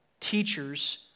Teachers